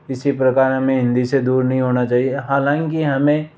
इसी प्रकार हमें हिंदी से दूर नहीं होना चाहिए हालांकि हमें